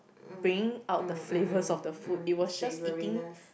bring out the flavors of the food you was just eating